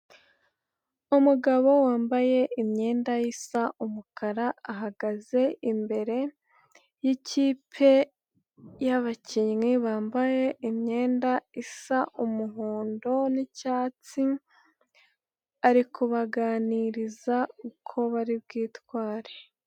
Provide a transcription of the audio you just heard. Umugabo wambaye imyenda isa umukara ahagaze imbere y'ikipe yabakinnyi bambaye imyenda isa umuhondo n'icyatsi, arikubaganiriza uko bari bwitware.